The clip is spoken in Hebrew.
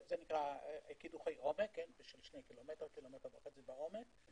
זה נקרא קידוחי עומק, של 2 ק"מ, 1.5 ק"מ בעומק.